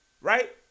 right